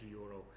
euro